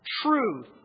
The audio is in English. Truth